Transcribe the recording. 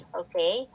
okay